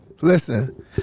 listen